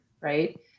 right